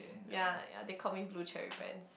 ya ya they call me blue cherry pants